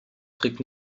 trägt